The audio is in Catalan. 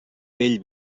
pell